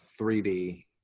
3D